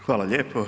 Hvala lijepo.